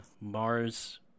Mars